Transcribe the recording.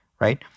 right